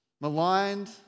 maligned